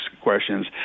questions